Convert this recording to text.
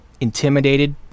intimidated